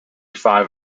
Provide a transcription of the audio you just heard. five